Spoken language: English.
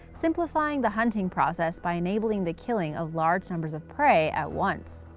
simplifying the hunting process by enabling the killing of large numbers of prey at once.